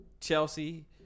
Chelsea